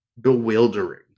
bewildering